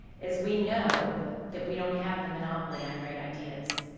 is we know that we don't have the monopoly on great ideas.